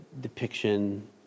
depiction